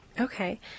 Okay